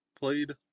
Played